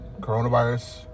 Coronavirus